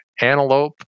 antelope